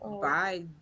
bye